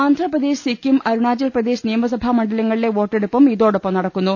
ആന്ധ്രപ്രദേശ് സിക്കിം അരുണാചൽപ്രദേശ് നിയമസഭാമ ണ്ഡലങ്ങളിലെ വോട്ടെടുപ്പും ഇതോടൊപ്പം നടക്കുന്നു